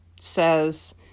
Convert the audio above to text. says